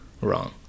wrong